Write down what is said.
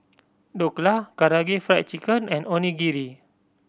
Dhokla Karaage Fried Chicken and Onigiri